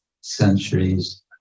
centuries